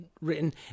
written